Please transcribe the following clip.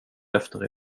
efter